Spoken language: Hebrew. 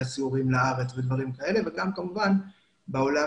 הסיורים לארץ ודברים כאלה וגם כמובן בעולם